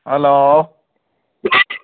hello